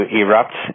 erupt